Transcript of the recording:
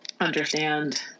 understand